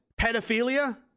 Pedophilia